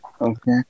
Okay